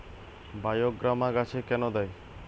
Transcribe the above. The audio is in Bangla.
বায়োগ্রামা গাছে কেন দেয়?